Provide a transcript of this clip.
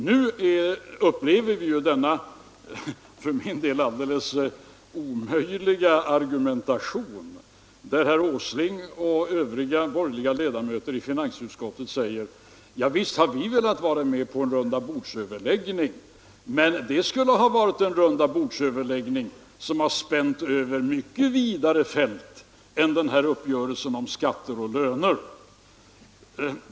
Nu får vi lyssna till den enligt min mening alldeles omöjliga argumentationen där herr Åsling och övriga borgerliga ledamöter i finansutskottet säger: Visst hade vi velat vara med på en rundabordsöverläggning, men det skulle ha varit en rundabordsöverläggning som spänt över mycket vidare fält än den här uppgörelsen om skatter och löner.